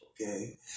okay